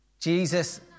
Jesus